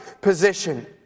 position